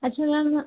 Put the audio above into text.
अच्छ मैम